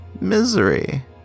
misery